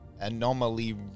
Anomaly